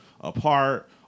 apart